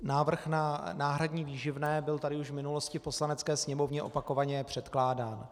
Návrh na náhradní výživné byl tady už v minulosti v Poslanecké sněmovně opakovaně předkládán.